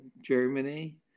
Germany